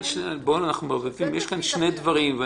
יש כאן שני דברים.